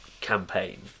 campaign